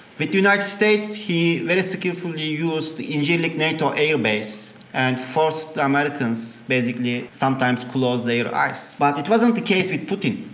with the united states he very skillfully used incirlik nato air base and forced the ah americans basically sometimes close their eyes but it wasn't the case with putin.